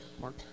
Mark